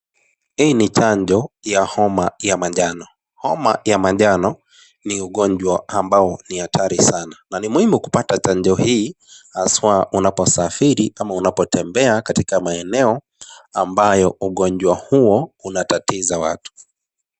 Hii ni chanjo ya homa ya manjano. Homa ya manjano ni ugonjwa ambao ni hatari sana, na ni muhimu kupata chanjo hii haswa unaposafiri ama unapotembea katika maeneo ambayo ugonjwa huo unatatiza watu.